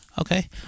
okay